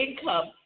income